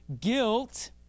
guilt